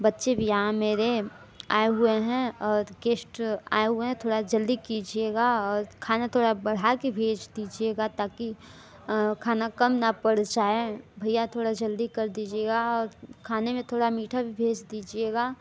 बच्चे भी यहाँ मेरे आए हुएँ हैं और गेस्ट आए हुए हैं थोड़ा जल्दी कीजिएगा और खाना थोड़ा बढ़ा के भेज दीजिएगा ताकि खाना कम ना पड़ जाए भैया थोड़ा जल्दी कर दीजिएगा और खाने में थोड़ा मीठा भी भेज दीजिएगा